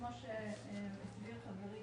כמו שהסביר חברי,